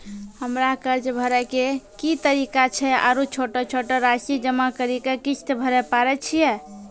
हमरा कर्ज भरे के की तरीका छै आरू छोटो छोटो रासि जमा करि के किस्त भरे पारे छियै?